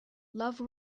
love